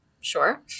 Sure